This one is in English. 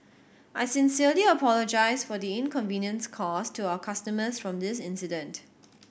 I sincerely apologise for the inconvenience caused to our customers from this incident